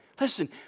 Listen